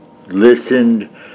Listened